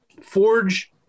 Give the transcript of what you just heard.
Forge